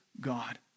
God